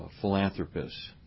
philanthropists